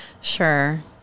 sure